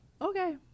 okay